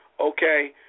okay